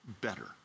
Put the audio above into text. better